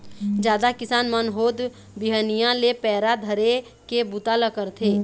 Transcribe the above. जादा किसान मन होत बिहनिया ले पैरा धरे के बूता ल करथे